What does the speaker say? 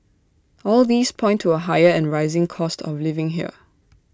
all these point to A higher and rising cost of living here